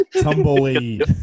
tumbleweed